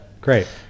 Great